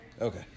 Okay